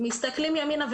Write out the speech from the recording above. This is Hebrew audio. מסתכלים ימינה ושמאלה,